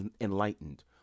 enlightened